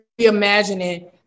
reimagining